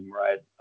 right